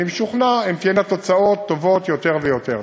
אני משוכנע, תהיינה תוצאות טובות יותר ויותר.